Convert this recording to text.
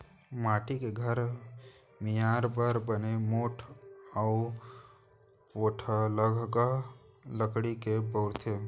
माटी के घर मियार बर बने मोठ अउ पोठलगहा लकड़ी ल बउरथे